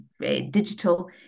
digital